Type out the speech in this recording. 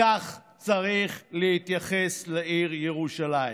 כך צריך להתייחס לעיר ירושלים.